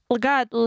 god